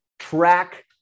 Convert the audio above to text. Track